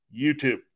YouTube